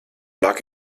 lag